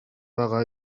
байгаа